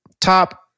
top